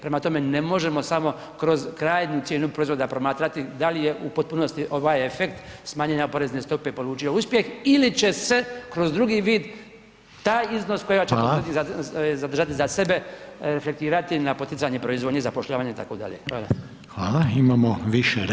Prema tome, ne možemo samo kroz krajnju cijenu proizvoda promatrati da li je u potpunosti ovaj efekt smanjenja porezne stope polučio uspjeh ili će se kroz drugi vid taj iznos …/nerazumljivo/… zadržati [[Upadica: Hvala.]] za sebe, reflektirati na poticanje proizvodnje, zapošljavanje itd.